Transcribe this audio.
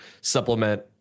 supplement